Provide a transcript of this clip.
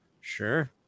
Sure